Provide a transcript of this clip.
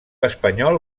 espanyol